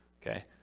Okay